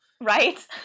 Right